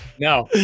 no